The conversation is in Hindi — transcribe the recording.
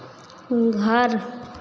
घर